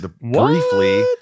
briefly